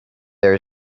there